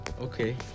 Okay